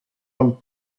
him